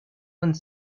uns